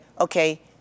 okay